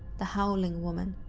the howling woman.